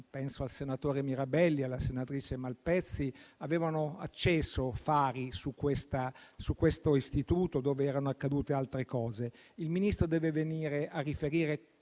tempo il senatore Mirabelli e la senatrice Malpezzi avevano acceso fari su questo istituto dove erano accaduti altri fatti. Il Ministro deve venire a riferire